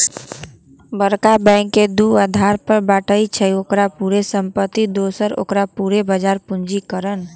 बरका बैंक के दू अधार पर बाटइ छइ, ओकर पूरे संपत्ति दोसर ओकर पूरे बजार पूंजीकरण